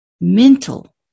Mental